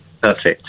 Perfect